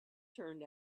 turned